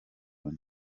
loni